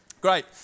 great